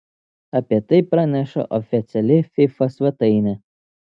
apie tai praneša oficiali fifa svetainė